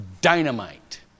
dynamite